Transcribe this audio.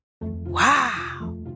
Wow